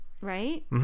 right